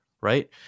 right